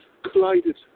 collided